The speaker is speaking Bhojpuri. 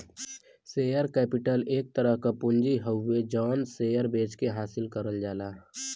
शेयर कैपिटल एक तरह क पूंजी हउवे जौन शेयर बेचके हासिल करल जाला